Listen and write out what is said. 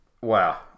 wow